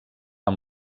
amb